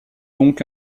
donc